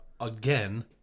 again